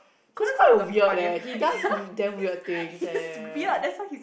Conan is one of the funniest he is he is weird that's why he is